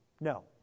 No